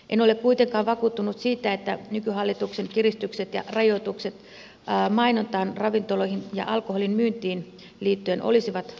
en ole kuitenkaan vakuuttunut siitä että nykyhallituksen kiristykset ja rajoitukset mainontaan ravintoloihin ja alkoholin myyntiin liittyen olisivat oikea keino